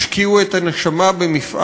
השקיעו את הנשמה במפעל,